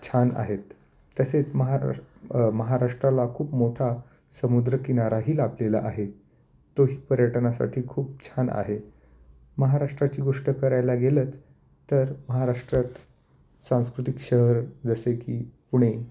छान आहेत तसेच महाराष् महाराष्ट्राला खूप मोठा समुद्रकिनाराही लाभलेला आहे तोही पर्यटनासाठी खूप छान आहे महाराष्ट्राची गोष्ट करायला गेलंच तर महाराष्ट्रात सांस्कृतिक शहर जसे की पुणे